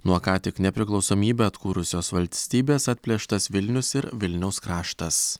nuo ką tik nepriklausomybę atkūrusios valstybės atplėštas vilnius ir vilniaus kraštas